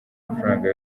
amafaranga